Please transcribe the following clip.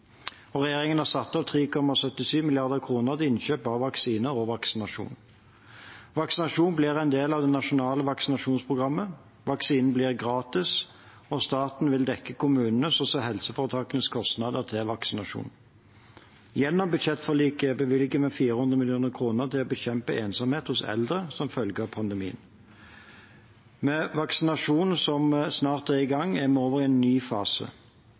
Regjeringen har satt av 3,77 mrd. kr til innkjøp av vaksiner og vaksinasjon. Vaksinasjonen blir en del av det nasjonale vaksinasjonsprogrammet. Vaksinen blir gratis, og staten vil dekke kommunenes og helseforetakenes kostnader til vaksinasjon. Gjennom budsjettforliket bevilger vi 400 mill. kr til å bekjempe ensomhet hos eldre som følge av pandemien. Med vaksinasjonen som snart er i gang, er vi over i en ny fase.